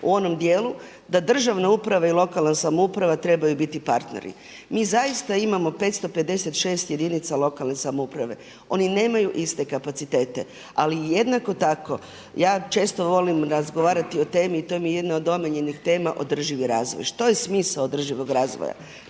u onom djelu da državne uprave i lokalna samouprava trebaju biti partneri. Mi zaista imamo 556 jedinica lokalne samouprave. Oni nemaju iste kapacitete, ali i jednako tako ja često volim razgovarati o temi i to mi je jedna od omiljenih tema održivi razvoj. Što je smisao održivog razvoja?